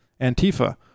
Antifa